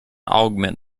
augment